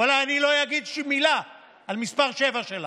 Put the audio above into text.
ואללה, אני לא אגיד מילה על מספר שבע שלך,